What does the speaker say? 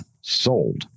sold